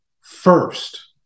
first